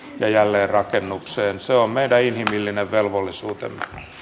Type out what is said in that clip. ja jälleenrakennukseen se on meidän inhimillinen velvollisuutemme